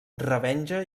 revenja